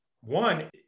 one